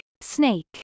Snake